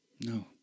No